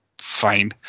Fine